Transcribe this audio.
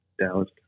Dallas